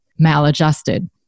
maladjusted